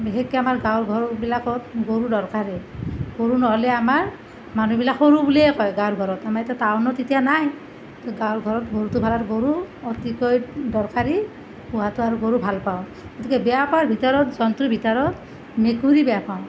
বিশেষকৈ আমাৰ গাঁৱৰ ঘৰবিলাকত গৰু দৰকাৰেই গৰু নহ'লে আমাৰ মানুহবিলাকক সৰু বুলিয়েই কয় গাঁৱৰ ঘৰত আমাৰ এতিয়া টাউনত এতিয়া নাই তো গাঁৱৰ ঘৰত গৰুটো গৰু অতিকৈ দৰকাৰী পোহাতো আৰু গৰু ভাল পাওঁ গতিকে বেয়া পোৱাৰ ভিতৰত জন্তুৰ ভিতৰত মেকুৰী বেয়া পাওঁ